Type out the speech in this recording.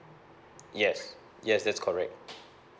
yes yes that's correct